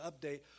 update